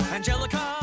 Angelica